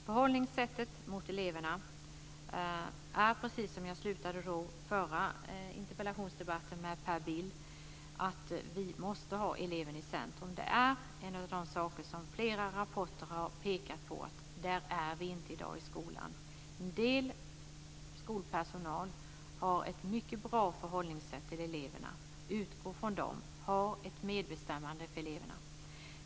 Förhållningssättet gentemot eleverna är, precis som jag sade i slutet av förra interpellationsdebatten med Per Bill, att vi måste ha eleven i centrum. Det är en av de saker som flera rapporter har pekat på. Där är vi inte i dag i skolan. En del skolpersonal har ett mycket bra förhållningssätt till eleverna, utgår från dem och har ett medbestämmande för eleverna.